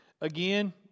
again